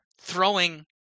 throwing